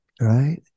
right